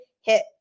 hit